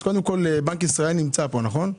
אז קודם כל, בנק ישראל נמצא פה, נכון?